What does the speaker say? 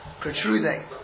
protruding